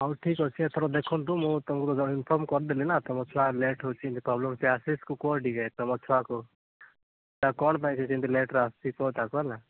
ହଉ ଠିକ୍ଅଛି ଏଥର ଦେଖନ୍ତୁ ମୁଁ ତମକୁ ତ ଇନଫର୍ମ କରିଦେଲି ନା ତମ ଛୁଆ ଲେଟ୍ ହେଉଛି ପ୍ରୋବ୍ଲେମ୍ ସିଏ ଆଶିଷକୁ କୁହ ଟିକିଏ ତମ ଛୁଆକୁ ତା କ'ଣପାଇଁ ସିଏ ଏମିତି ଲେଟ୍ ରେ ଆସୁଛି କୁହ ତାକୁ ହେଲା